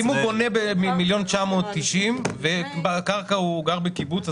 אם הוא קונה ב-1.99 מיליון והוא גר בקיבוץ,